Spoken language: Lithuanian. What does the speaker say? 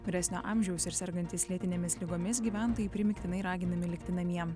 vyresnio amžiaus ir sergantys lėtinėmis ligomis gyventojai primygtinai raginami likti namie